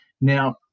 now